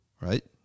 right